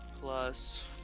plus